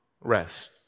rest